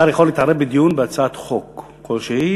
שר יכול להתערב בדיון בהצעת חוק כלשהי.